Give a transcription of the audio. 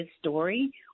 story